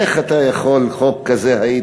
איך היית יכול להביא